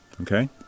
Okay